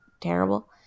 terrible